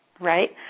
right